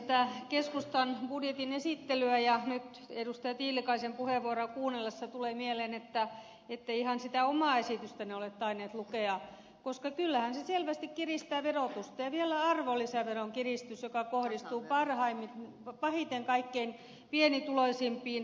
tätä keskustan budjetin esittelyä ja nyt edustaja tiilikaisen puheenvuoroa kuunnellessa tulee mieleen että ette ihan sitä omaa esitystänne ole tainneet lukea koska kyllähän se selvästi kiristää verotusta ja vielä arvonlisäveron kiristys kohdistuu pahiten kaikkein pienituloisimpiin